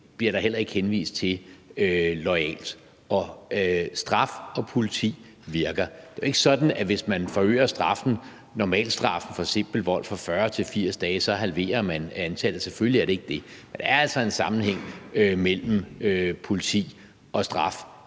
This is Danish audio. bliver der heller ikke henvist loyalt til. Straf og politi virker. Det er jo selvfølgelig ikke sådan, at man, hvis man forøger normalstraffen for simpel vold fra 40 dage til 80 dage, så halverer antallet, men der er altså en sammenhæng mellem politi, straf